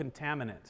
contaminant